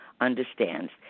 understands